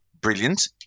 brilliant